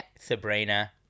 Sabrina